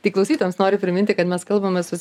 tai klausytojams nori priminti kad mes kalbamės su